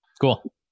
Cool